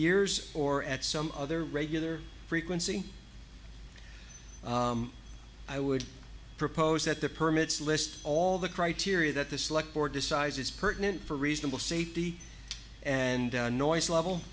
years or at some other regular frequency i would propose that the permits list all the criteria that the select board decides is pertinent for reasonable safety and noise level